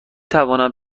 توانم